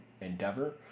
Endeavor